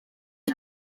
痛苦